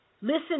Listen